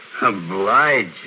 Oblige